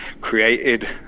created